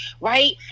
right